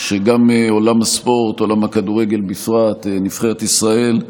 שגם עולם הספורט ועולם הכדורגל בפרט, נבחרת ישראל,